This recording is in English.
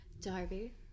Darby